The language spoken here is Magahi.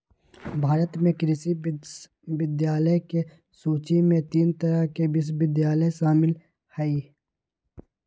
भारत में कृषि विश्वविद्यालय के सूची में तीन तरह के विश्वविद्यालय शामिल हई